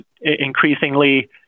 Increasingly